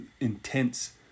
Intense